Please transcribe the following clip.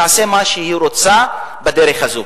תעשה מה שהיא רוצה בדרך הזאת.